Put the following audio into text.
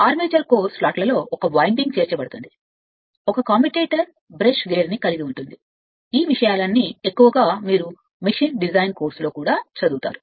armature core స్లాట్లలో చేర్చబడిన ఒక వైండింగ్ ఒక కమ్యుటేటర్ బ్రష్ గేర్ చాలా ఎక్కువగా ఈ విషయం ఉంటే మీరు మెషిన్ డిజైన్ కోర్సులో కూడా చదువుతారు